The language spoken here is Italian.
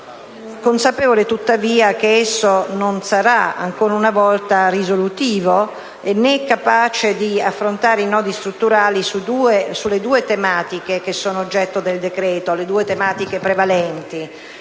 consapevole, tuttavia, che esso non sarà, ancora una volta, risolutivo, né capace di affrontare i nodi strutturali sulle due tematiche che sono oggetto del decreto-legge. Mi riferisco alle due tematiche prevalenti: